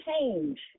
change